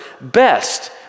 best